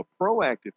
proactive